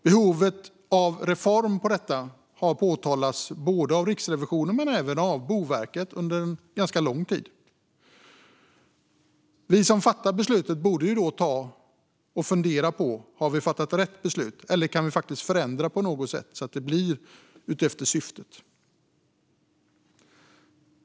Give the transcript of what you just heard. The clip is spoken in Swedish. Behovet av reform av detta har påtalats både av Riksrevisionen och av Boverket under ganska lång tid. Vi som fattar beslut borde ju då ta och fundera på om vi verkligen har fattat rätt beslut eller om vi kan förändra det på något sätt, så att syftet uppnås.